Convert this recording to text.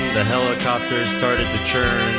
the helicopter started to churn,